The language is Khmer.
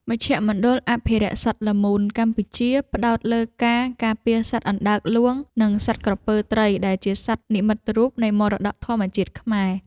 មជ្ឈមណ្ឌលអភិរក្សសត្វល្មូនកម្ពុជា ផ្ដោតលើការការពារសត្វអណ្តើកហ្លួង និងសត្វក្រពើត្រីដែលជាសត្វនិមិត្តរូបនៃមរតកធម្មជាតិខ្មែរ។